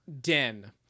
den